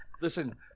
Listen